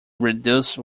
reduce